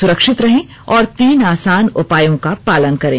सुरक्षित रहें और तीन आसान उपायों का पालन करें